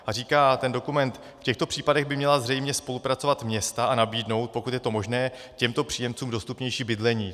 A říká ten dokument: V těchto případech by měla zřejmě spolupracovat města a nabídnout, pokud je to možné, těmto příjemcům dostupnější bydlení.